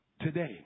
Today